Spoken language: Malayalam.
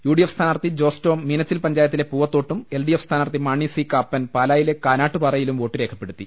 യു ഡി എഫ് സ്ഥാനാർത്ഥി ്രജോസ് ടോം മീനച്ചിൽ പഞ്ചായത്തിലെ പൂവത്തോട്ടും എൽ ഡിഎഫ് സ്ഥാനാർത്ഥി മാണി സി കാപ്പൻ പാലായിലെ കാ നാട്ടുപാറയിലും വോട്ടു രേഖപ്പെടുത്തി